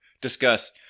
discuss